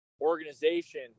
organization